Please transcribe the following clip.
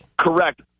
Correct